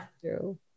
true